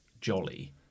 jolly